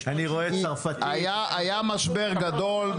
היה משבר גדול,